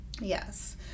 yes